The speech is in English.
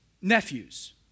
nephews